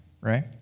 right